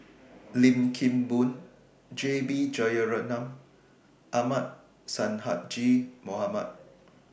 Lim Kim Boon J B Jeyaretnam and Ahmad Sonhadji Mohamad